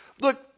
Look